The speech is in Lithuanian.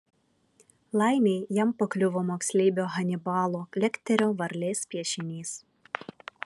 laimei jam pakliuvo moksleivio hanibalo lekterio varlės piešinys